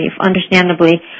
understandably